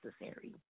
necessary